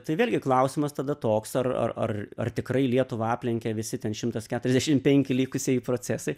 tai vėlgi klausimas tada toks ar ar ar ar tikrai lietuvą aplenkė visi ten šimtas keturiasdešim penki likusieji procesai